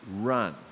Run